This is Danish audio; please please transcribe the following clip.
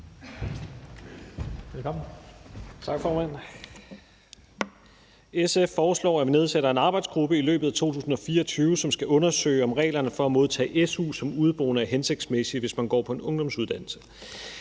i løbet af 2024 nedsætter en arbejdsgruppe, som skal undersøge, om reglerne for at modtage SU som udeboende er hensigtsmæssige, hvis man går på en ungdomsuddannelse.